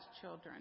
children